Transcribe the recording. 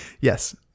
Yes